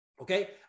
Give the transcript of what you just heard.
okay